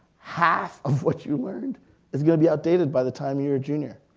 half of what you learned is gonna be outdated by the time you're a junior.